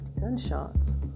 gunshots